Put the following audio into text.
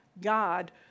God